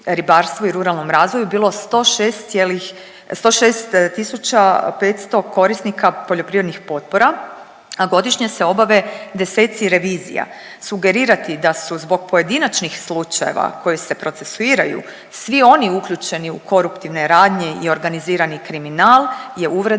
ribarstvu i ruralnom razvoju, bilo 106 cijelih, 106 tisuća 500 korisnika poljoprivrednih potpora, a godišnje se obave deseci revizija. Sugerirati da su zbog pojedinačnih slučajeva koji se procesuiraju, svi oni uključeni u koruptivne radnje i organizirani kriminal je uvreda